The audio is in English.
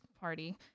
party